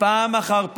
פעם אחר פעם,